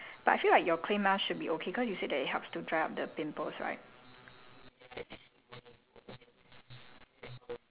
it out right then uh you should use less of the product or change product but I feel like your clay mask should be okay cause you said that it helps to dry up the pimples up right